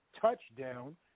touchdown